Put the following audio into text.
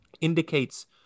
indicates